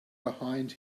behind